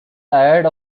tired